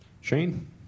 shane